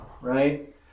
right